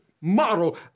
model